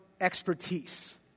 expertise